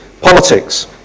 politics